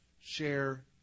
share